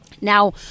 Now